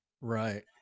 Right